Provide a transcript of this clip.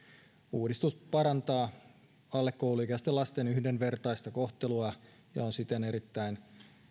uudistus parantaa alle kouluikäisten lasten yhdenvertaista kohtelua ja on siten erittäin